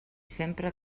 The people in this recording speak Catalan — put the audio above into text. sempre